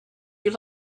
you